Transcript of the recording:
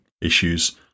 issues